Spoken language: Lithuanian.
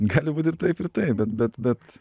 gali būt ir taip ir taip bet bet bet